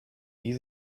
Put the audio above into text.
wie